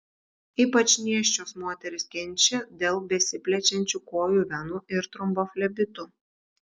ypač nėščios moterys kenčia dėl besiplečiančių kojų venų ir tromboflebitų